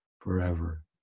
Forever